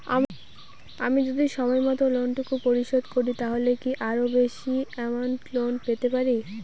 আমি যদি সময় মত লোন টুকু পরিশোধ করি তাহলে কি আরো বেশি আমৌন্ট লোন পেতে পাড়ি?